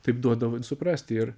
taip duodavo suprast ir